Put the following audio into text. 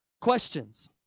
questions